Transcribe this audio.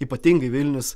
ypatingai vilnius